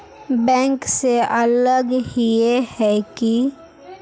Bank से अलग हिये है की?